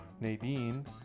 Nadine